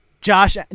Josh